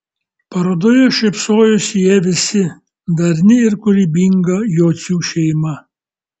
parodoje šypsojosi jie visi darni ir kūrybinga jocių šeima